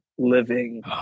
living